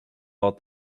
out